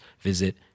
visit